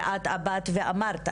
ואת אמרת,